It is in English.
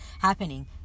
happening